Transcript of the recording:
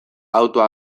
auto